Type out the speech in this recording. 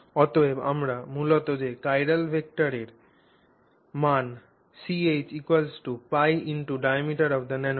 অতএব আমরা মূলত বলছি যে চিরাল ভেক্টরের মান Ch π×diameter of the nanotube